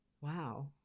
wow